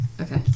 Okay